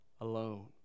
alone